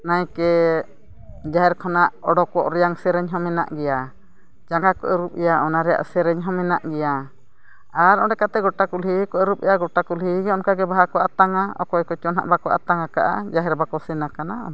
ᱱᱟᱭᱠᱮ ᱡᱟᱦᱮᱨ ᱠᱷᱚᱱᱟᱜ ᱚᱰᱚᱠᱚᱜ ᱨᱮᱭᱟᱜ ᱥᱮᱨᱮᱧ ᱦᱚᱸ ᱢᱮᱱᱟᱜ ᱜᱮᱭᱟ ᱡᱟᱸᱜᱟ ᱠᱚ ᱟᱹᱨᱩᱵᱮᱭᱟ ᱚᱱᱟ ᱨᱮᱭᱟᱜ ᱥᱮᱨᱮᱧᱦᱚᱸ ᱢᱮᱱᱟᱜ ᱜᱮᱭᱟ ᱟᱨ ᱚᱸᱰᱮ ᱠᱟᱛᱮᱫ ᱜᱳᱴᱟ ᱠᱩᱞᱦᱤ ᱠᱚ ᱟᱹᱨᱩᱵᱮᱭᱟ ᱜᱳᱴᱟ ᱠᱩᱞᱦᱤᱜᱮ ᱚᱱᱠᱟ ᱵᱟᱦᱟ ᱠᱚ ᱟᱛᱟᱝᱼᱟ ᱚᱠᱚᱭ ᱠᱚᱪᱚ ᱦᱟᱸᱜ ᱵᱟᱠᱚ ᱟᱛᱟᱝ ᱠᱟᱜᱼᱟ ᱡᱟᱦᱮᱨ ᱵᱟᱠᱚ ᱥᱮᱱ ᱟᱠᱟᱱᱟ ᱩᱱᱠᱩ